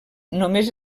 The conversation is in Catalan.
només